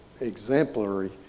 exemplary